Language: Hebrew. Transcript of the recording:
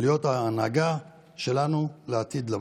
להיות ההנהגה שלנו לעתיד לבוא.